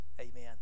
Amen